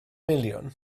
miliwn